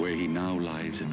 where he now lives in